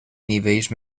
nivells